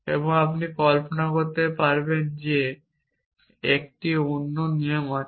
এবং আপনি কল্পনা করতে পারেন যে একটি অন্য নিয়ম আছে